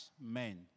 men